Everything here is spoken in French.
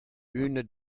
une